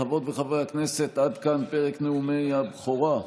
חברות וחברי הכנסת, עד כאן פרק נאומי הבכורה.